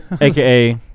aka